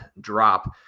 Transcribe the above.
drop